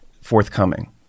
forthcoming